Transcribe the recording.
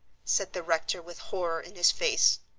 said the rector with horror in his face.